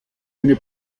eine